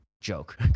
joke